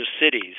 cities